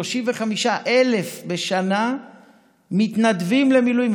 35,000 בשנה מתנדבים למילואים.